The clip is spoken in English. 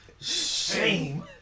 Shame